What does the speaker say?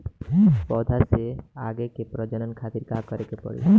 पौधा से आगे के प्रजनन खातिर का करे के पड़ी?